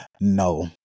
no